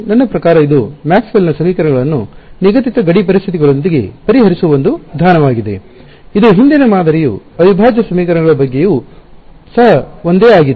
ನನ್ನ ಪ್ರಕಾರ ಇದು ಮ್ಯಾಕ್ಸ್ವೆಲ್ನ ಸಮೀಕರಣಗಳನ್ನು ನಿಗದಿತ ಗಡಿ ಪರಿಸ್ಥಿತಿಗಳೊಂದಿಗೆ ಪರಿಹರಿಸುವ ಒಂದು ವಿಧಾನವಾಗಿದೆ ಇದು ಹಿಂದಿನ ಮಾದರಿಯು ಅವಿಭಾಜ್ಯ ಸಮೀಕರಣಗಳ ಬಗ್ಗೆಯೂ ಸಹ ಒಂದೇ ಆಗಿತ್ತು